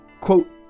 Quote